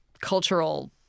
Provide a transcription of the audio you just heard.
cultural